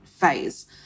phase